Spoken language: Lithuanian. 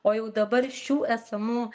o jau dabar šių esamų